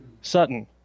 Sutton